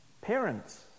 Parents